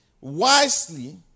Wisely